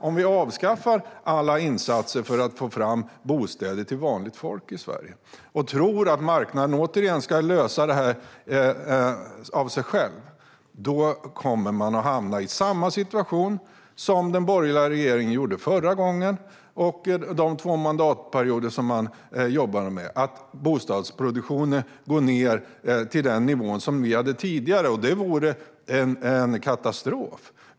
Om vi avskaffar alla insatser för att få fram bostäder till vanligt folk i Sverige och återigen tror att marknaden ska lösa detta av sig själv kommer vi att hamna i samma situation som den borgerliga regeringen gjorde förra gången, under de två mandatperioder som man jobbade med detta. Bostadsproduktionen skulle då gå ned till den nivå som vi hade tidigare, och det vore en katastrof.